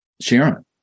Sharon